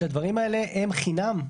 שהדברים האלה הם חינם.